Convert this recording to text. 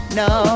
no